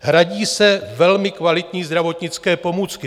Hradí se velmi kvalitní zdravotnické pomůcky.